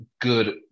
good